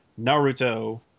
Naruto